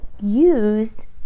use